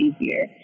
easier